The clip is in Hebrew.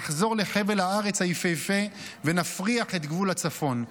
נחזור לחבל הארץ היפהפה ונפריח את גבול הצפון.